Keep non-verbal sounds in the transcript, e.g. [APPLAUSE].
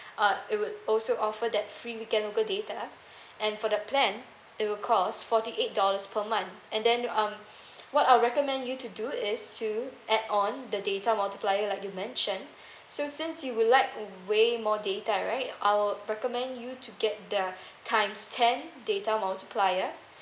uh it would also offer that free weekend local data [BREATH] and for the plan it will cost forty eight dollars per month and then um [BREATH] what I'll recommend you to do is to add on the data multiplier like you mentioned [BREATH] so since you would like way more data right I would recommend you to get the [BREATH] times ten data multiplier